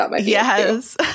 Yes